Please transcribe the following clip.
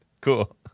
Cool